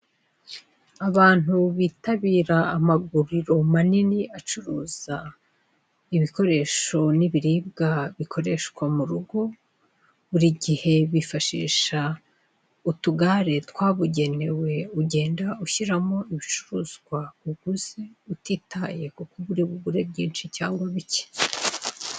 Abantu bitabira amaguriro manini acuruza ibikoresho n'ibiribwa bikoreshwa mu rugo buri gihe bifashisha utugare twabugenewe ugenda ushyiramo ibicuruzwa waguze utitaye ko uri bugure byinshi cyangwa bike.